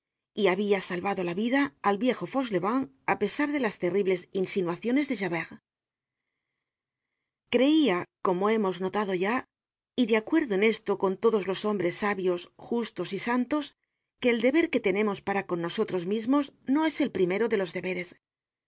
y habia salvado la vida al viejo fauchelevent á pesar de las terribles insinuaciones de javert creia como hemos notado ya y de acuer do en esto con todos los hombres sabios justos y santos que el deber content from google book search generated at que tenemos para con nosotros mismos no es el primero de los deberes